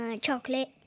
Chocolate